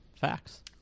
Facts